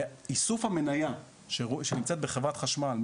איסוף המנייה שנמצאת בחברת חשמל,